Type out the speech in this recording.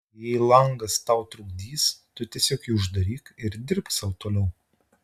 jei langas tau trukdys tu tiesiog jį uždaryk ir dirbk sau toliau